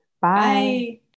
Bye